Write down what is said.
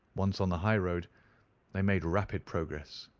once on the high road they made rapid progress.